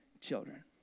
children